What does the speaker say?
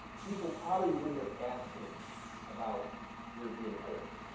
people probably wouldn't have asked him about european buyers.